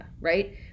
right